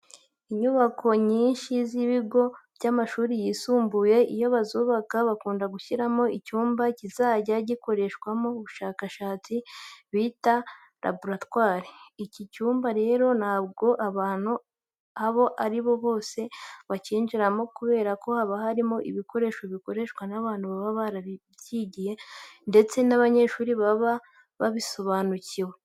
Inyubako nyinshi z'ibigo by'amashuri yisumbuye iyo bazubaka bakunda gushyiramo icyumba kizajya gikorerwamo ubushakashatsi bita laboratwari. Iki cyumba rero ntabwo abantu abo ari bo bose bakinjiramo kubera ko haba harimo ibikoresho bikoreshwa n'abantu baba barabyigiye ndetse n'abanyeshuri baba babisobanuriwe.